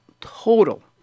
total